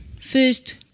first